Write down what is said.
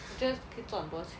这个可以赚很多钱